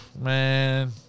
Man